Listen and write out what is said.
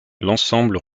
l’ensemble